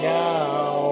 now